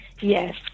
yes